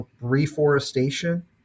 reforestation